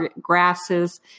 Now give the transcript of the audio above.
grasses